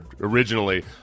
originally